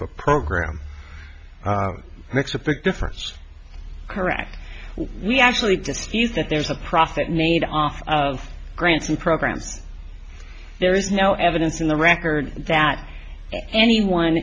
program makes a big difference correct we actually just use that there's a profit made off of grants and programs there is no evidence in the record that anyone